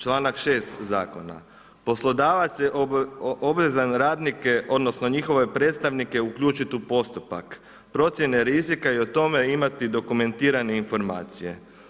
Članak 6. zakona, „Poslodavac je obvezan radnike odnosno njihove predstavnike uključiti u postupak procjene rizika i o tome imati dokumentirane informacije“